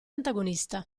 antagonista